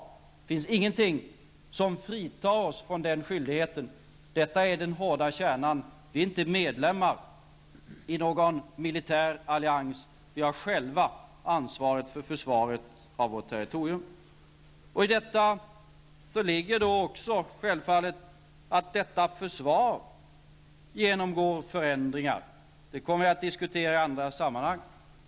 Det finns ingenting som fritar oss från den skyldigheten. Detta är den hårda kärnan. Vi är inte medlemmar i någon militär allians. Vi har själva ansvaret för värnandet av vårt territorium. I det här ligger också självfallet att detta försvar genomgår förändringar. Det kommer vi att diskutera i andra sammanhang.